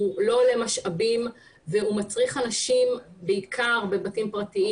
הוא לא עולה משאבים והוא מצריך אנשים בעיקר בבתים פרטיים